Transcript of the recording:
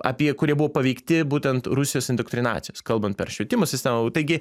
apie kurie buvo paveikti būtent rusijos indoktrinacijos kalbant per švietimo sistemą taigi